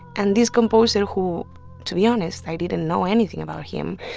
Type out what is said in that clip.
and this composer, who to be honest, i didn't know anything about him.